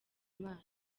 imana